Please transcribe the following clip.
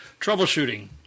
Troubleshooting